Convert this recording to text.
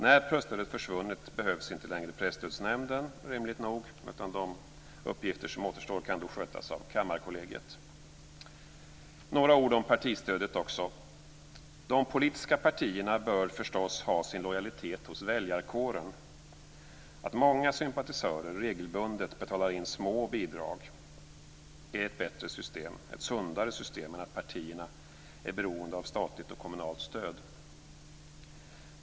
När presstödet försvunnit behövs inte längre Presstödsnämnden rimligt nog, utan de uppgifter som återstår kan skötas av Kammarkollegiet. Några ord om partistödet också: De politiska partierna bör förstås ha sin lojalitet hos väljarkåren. Att många sympatisörer regelbundet betalar in små bidrag är ett bättre och sundare system än att partierna är beroende av statligt och kommunalt stöd.